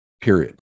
Period